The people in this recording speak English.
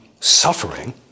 Suffering